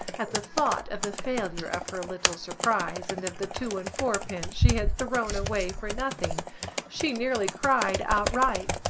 at the thought of the failure of her little surprise and of the two and fourpence she had thrown away for nothing she nearly cried outright.